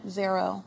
zero